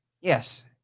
yes